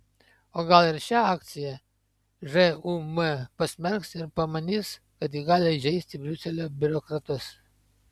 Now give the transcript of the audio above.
o gal ir šią akciją žūm pasmerks ir pamanys kad ji gali įžeisti briuselio biurokratus